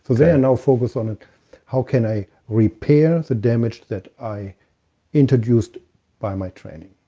they are now focused on how can i repair the damage that i introduced by my training?